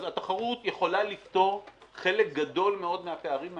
התחרות יכולה לפתור חלק גדול מאוד מהפערים האלה,